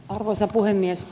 arvoisa puhemies